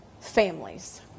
families